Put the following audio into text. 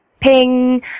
ping